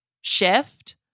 shift